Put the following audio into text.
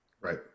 Right